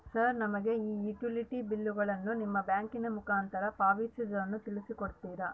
Sir ನಮಗೆ ಈ utility ಬಿಲ್ಲುಗಳನ್ನು ನಿಮ್ಮ ಬ್ಯಾಂಕಿನ ಮುಖಾಂತರ ಪಾವತಿಸುವುದನ್ನು ತಿಳಿಸಿ ಕೊಡ್ತೇರಾ?